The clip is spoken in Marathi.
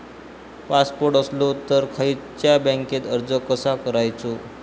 पासपोर्ट असलो तर खयच्या बँकेत अर्ज कसो करायचो?